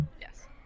yes